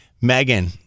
Megan